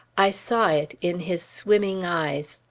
i saw it in his swimming eyes.